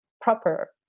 proper